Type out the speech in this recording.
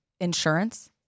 insurance